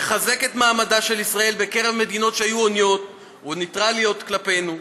מחזק את מעמדה של ישראל בקרב מדינות שהיו עוינות או ניטרליות כלפינו,